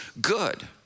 good